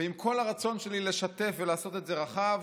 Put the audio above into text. ועם כל הרצון שלי לשתף ולעשות את זה רחב,